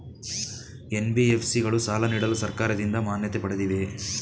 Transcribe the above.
NBFC ಗಳು ಸಾಲ ನೀಡಲು ಸರ್ಕಾರದಿಂದ ಮಾನ್ಯತೆ ಪಡೆದಿವೆಯೇ?